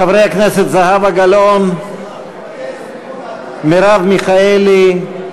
חברי הכנסת זהבה גלאון, מרב מיכאלי,